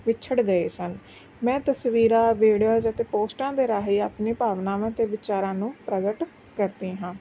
ਵਿਛੜ ਗਏ ਸਨ ਮੈਂ ਤਸਵੀਰਾਂ ਵੀਡੀਓਜ਼ ਅਤੇ ਪੋਸਟਾਂ ਦੇ ਰਾਹੀਂ ਆਪਣੀ ਭਾਵਨਾਵਾਂ ਅਤੇ ਵਿਚਾਰਾਂ ਨੂੰ ਪ੍ਰਗਟ ਕਰਦੀ ਹਾਂ